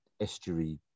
estuary